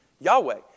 Yahweh